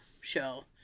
show